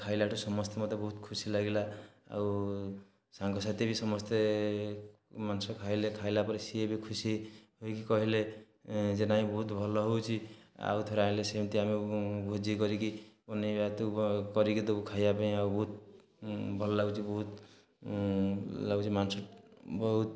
ଖାଇଲା ଠାରୁ ସମସ୍ତେ ମୋତେ ବହୁତ ଖୁସି ଲାଗିଲା ଆଉ ସାଙ୍ଗସାଥି ବି ସମସ୍ତେ ମାଂସ ଖାଇଲେ ଖାଇଲା ପରେ ସିଏ ବି ଖୁସି ହୋଇକି କହିଲେ ଯେ ନାଇଁ ବହୁତ ଭଲ ହେଉଛି ଆଉଥରେ ଆଣିଲେ ସେମିତି ଆମେ ଭୋଜି କରିକି ବନେଇବା ତୁ କରିକି ଦେବୁ ଖାଇବା ପାଇଁ ଆଉ ବହୁତ ଭଲ ଲାଗୁଛି ବହୁତ ଲାଗୁଛି ମାଂସ ବହୁତ